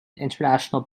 international